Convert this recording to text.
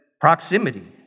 proximity